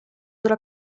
della